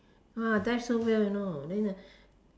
!wah! dive so well you know then the